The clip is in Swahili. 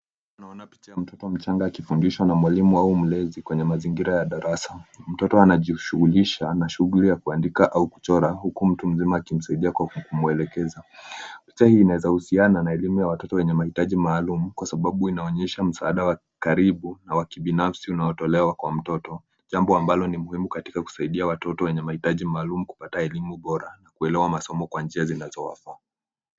Hapa naona picha ya mtoto mchanga akifundishwa na mwalimu au mlezi kwenye mazingira ya darasa. Mtoto anajishughulisha na shughuli ya kuandika au kuchora huku mtu mzima akimsaidia kwa kumwelekeza. Picha hii inaweza husiana na elimu ya watoto wenye mahitaji maalum kwa sababu inaonyesha msaada wa karibu na wa kibinafsi unaotolewa kwa mtoto. Jambo ambalo ni muhimu katika kusaidia watoto wenye mahitaji maalum kupata elimu bora na kuelewa masomo kwa njia zinazowafaa.